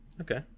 Okay